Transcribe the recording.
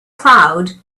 crowd